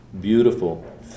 beautiful